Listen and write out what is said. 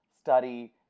study